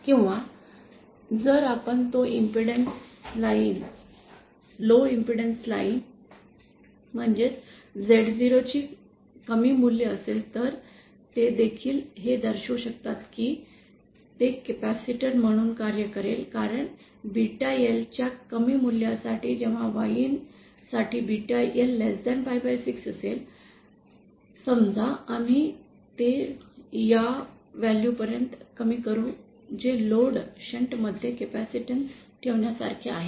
किंवा जर आपण लो इंपेडन्स लाइन म्हणजेच Z0 ची कमी मूल्य असेल तर ते देखील हे दर्शवू शकतात की ते कॅपेसिटर म्हणून कार्य करेल कारण बीटा L च्या कमी मूल्यासाठी जेव्हा Yin साठी बीटा L pi6 असेल समजा आम्ही ते या व्हॅल्यूपर्यंत कमी करू जे लोडसह शंट मध्ये कॅपेसिटन्स ठेवण्यासारखे आहे